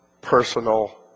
personal